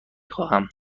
خواهم